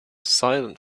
silent